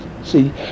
See